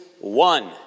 one